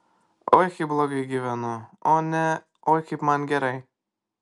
oi kaip blogai gyvenu o ne oi kaip man gerai